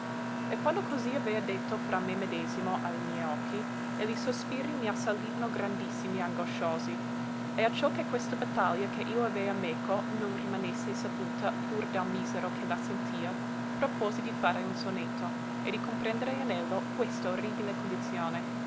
e quando così avea detto fra me medesimo a li miei occhi e li sospiri m'assalivano grandissimi e angosciosi e acciò che questa battaglia che io avea meco non rimanesse saputa pur dal misero che la sentia propuosi di fare un sonetto e di comprendere in ello questa orribile condizione